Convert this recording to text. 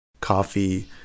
coffee